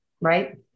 right